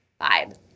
vibe